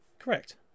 Correct